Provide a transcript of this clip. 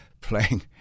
playing